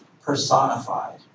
personified